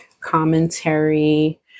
commentary